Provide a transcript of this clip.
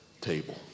table